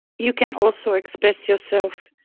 you can also express yourself,